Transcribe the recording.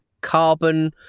carbon